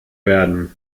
werden